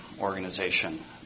organization